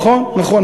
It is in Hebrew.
נכון, נכון.